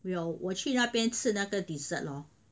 有我去那边吃那个 dessert lor